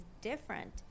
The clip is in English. different